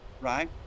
right